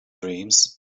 dreams